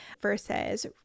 versus